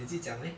你自己讲 leh